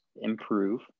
improve